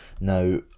now